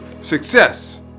success